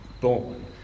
born